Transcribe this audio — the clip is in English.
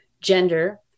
gender